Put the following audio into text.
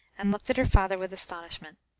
and looked at her father with astonishment.